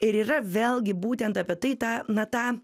ir yra vėlgi būtent apie tai ta na ta